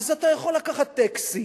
אז אתה יכול לקחת טקסי,